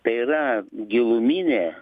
tai yra giluminė